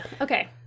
Okay